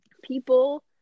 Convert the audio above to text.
people